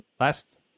Last